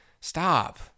stop